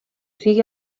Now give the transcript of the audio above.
sigui